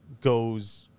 goes